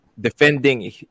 defending